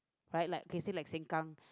right like okay say like Sengkang